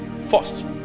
First